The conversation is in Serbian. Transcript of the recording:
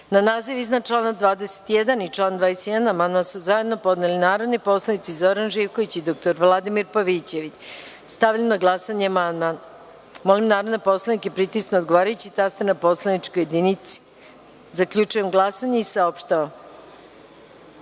ovaj amandman. Na član 37. amandman su zajedno podneli narodni poslanici Zoran Živković i dr Vladimir Pavićević. Stavljam na glasanje amandman. Molim narodne poslanike da pritisnu odgovarajući taster na poslaničkoj jedinici. Zaključujem glasanje i saopštavam: